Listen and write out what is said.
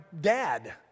dad